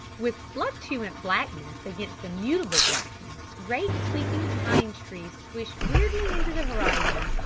with fluctuant blackness against immutable blackness great sweeping pine trees swished weirdly into the horizon.